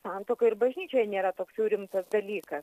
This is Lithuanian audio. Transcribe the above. santuoka ir bažnyčioje nėra toks jau rimtas dalykas